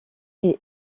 est